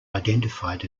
identified